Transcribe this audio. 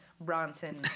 Bronson